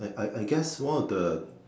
I I I guess one of the